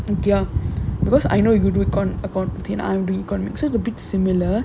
there because I know you good with account account so it big similar